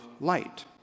light